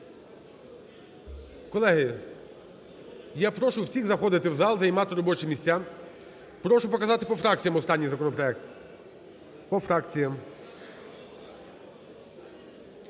Колеги, я прошу всіх заходити в зал, займати робочі місця, прошу показати по фракціям останній законопроект, по фракціям.